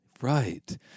right